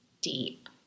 deep